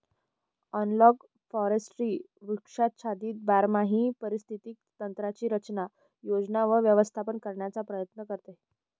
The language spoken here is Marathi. ॲनालॉग फॉरेस्ट्री वृक्षाच्छादित बारमाही पारिस्थितिक तंत्रांची रचना, योजना व व्यवस्थापन करण्याचा प्रयत्न करते